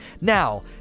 Now